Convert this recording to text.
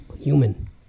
human